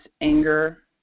anger